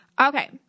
Okay